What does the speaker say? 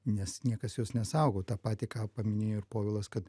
nes niekas jos nesaugo tą patį ką paminėjo ir povilas kad